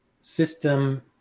system